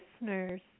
listeners